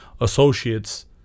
associate's